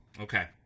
Okay